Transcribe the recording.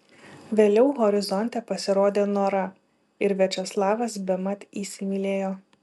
vėliau horizonte pasirodė nora ir viačeslavas bemat įsimylėjo